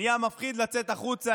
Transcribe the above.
נהיה מפחיד לצאת החוצה,